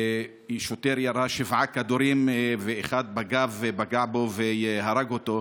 שוטר ירה שבעה כדורים ואחד פגע בו בגב והרג אותו.